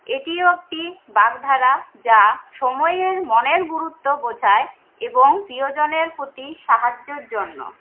এটিও একটি বাগধারা যা সময়ের মনের গুরুত্ব বোঝায় এবং প্রিয়জনের প্রতি সাহায্যের জন্য